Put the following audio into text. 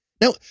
Now